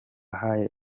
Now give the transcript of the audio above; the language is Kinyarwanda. yahaye